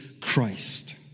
Christ